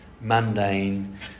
mundane